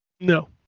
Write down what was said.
No